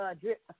drip